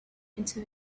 into